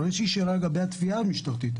אבל יש לי שאלה לגבי התביעה המשפטית.